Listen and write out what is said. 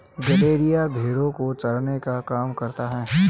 गड़ेरिया भेड़ो को चराने का काम करता है